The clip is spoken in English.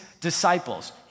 disciples